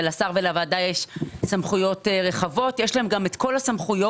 ואכן לשר ולוועדה יש סמכויות רחבות ויש להם גם את כל הסמכויות